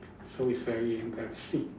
so it's very embarrassing